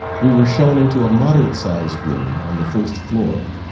we were shown into a moderate-sized room on the first floor,